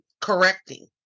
correcting